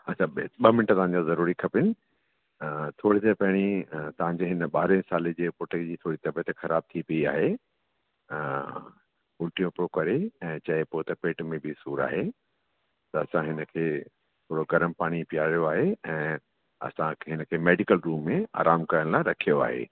अच्छा ब ॿ मिंट तव्हां जो ज़रूरी खपेनि हा थोरी देरि पहिरीं तव्हां जे हिन ॿारहें साले जे पुट जी थोरी तबियत ख़राबु थी पई आहे उल्टियूं पियो करे ऐं चए पियो त पेट में बि सूरु आहे त असां हिन खे थोरो गरम पाणी पियारियो आहे ऐं असां हिन खे मैडिक्ल रूम में आराम करण लाइ रखियो आहे